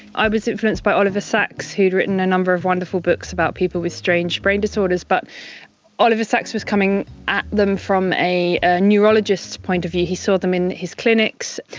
i was influenced by oliver sacks who'd written a number of wonderful books about people with strange brain disorders, but oliver sacks was coming at them from a a neurologist's point of view. he saw them in his clinics.